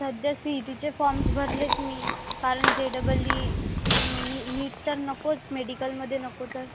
सध्या C E टीचे forms भरलेत मी कारण जे डबल ई आणि नी नीट तर नकोच मेडिकलमध्ये नको तर